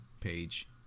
page